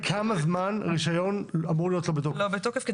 כמה זמן רישיון אמור להיות לא בתוקף?